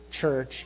church